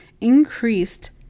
Increased